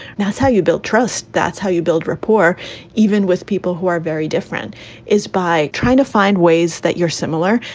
that's how you build trust. that's how you build rapport even with people who are very different is by trying to find ways that you're similar.